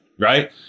Right